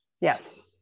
Yes